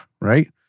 right